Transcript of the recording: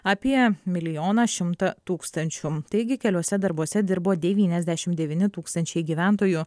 apie milijoną šimtą tūkstančių taigi keliuose darbuose dirbo devyniasdešim devyni tūkstančiai gyventojų